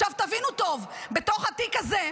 עכשיו, תבינו טוב, בתוך התיק הזה,